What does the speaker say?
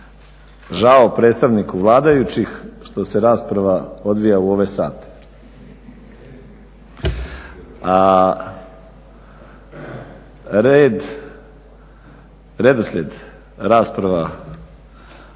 žao predstavniku vladajućih što se rasprava odvija u ove sate. A redoslijed rasprava